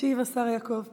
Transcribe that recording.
ישיב השר יעקב פרי.